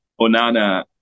Onana